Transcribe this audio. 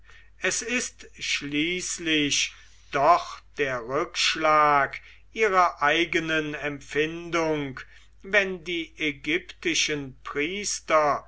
es ist schließlich doch der rückschlag ihrer eigenen empfindung wenn die ägyptischen priester